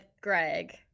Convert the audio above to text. Greg